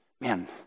Man